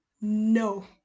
No